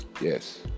Yes